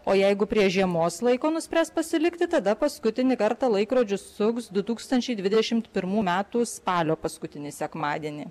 o jeigu prie žiemos laiko nuspręs pasilikti tada paskutinį kartą laikrodžius suks du tūkstančiai dvidešimt pirmų metų spalio paskutinį sekmadienį